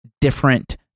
different